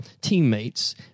teammates